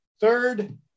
Third